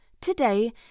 today